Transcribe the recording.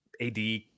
ad